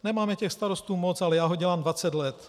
Nemáme těch starostů moc, ale já ho dělám dvacet let.